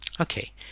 Okay